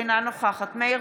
אינה נוכחת מאיר